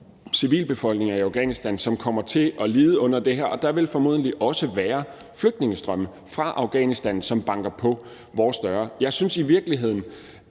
være befolkningsgrupper i Afghanistan, som kommer til at lide under det her, og der vil formodentlig også være flygtningestrømme fra Afghanistan, som banker på vores døre. De skal jo behandles,